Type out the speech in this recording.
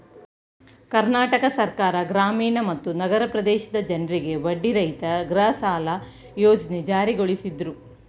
ಕರ್ನಾಟಕ ಸರ್ಕಾರ ಗ್ರಾಮೀಣ ಮತ್ತು ನಗರ ಪ್ರದೇಶದ ಜನ್ರಿಗೆ ಬಡ್ಡಿರಹಿತ ಗೃಹಸಾಲ ಯೋಜ್ನೆ ಜಾರಿಗೊಳಿಸಿದ್ರು